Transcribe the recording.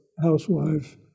housewife